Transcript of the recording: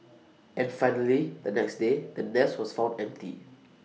and finally the next day the nest was found empty